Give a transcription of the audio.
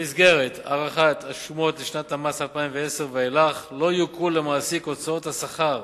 במסגרת עריכת השומות לשנת המס 2010 ואילך לא יוכרו למעסיק הוצאות השכר